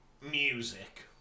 music